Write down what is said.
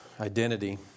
identity